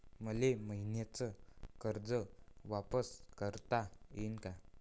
मले मईन्याचं कर्ज वापिस करता येईन का?